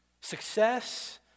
success